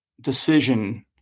decision